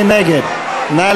מי נגד?